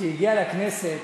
שהגיע לכנסת,